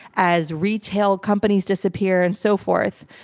as retail companies disappear and so forth.